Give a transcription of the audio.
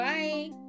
Bye